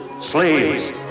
slaves